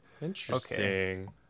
interesting